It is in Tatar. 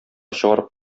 чыгарып